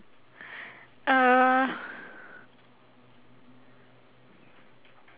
uh